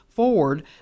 forward